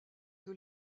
que